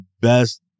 best